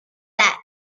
that